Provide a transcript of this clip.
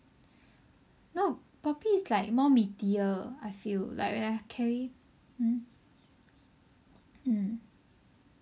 no poppy is like more meatier I feel like when I carry hmm mm